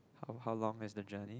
how how long is the journey